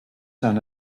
son